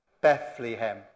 Bethlehem